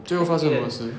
最后发生什么事